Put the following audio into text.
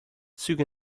züge